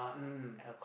mm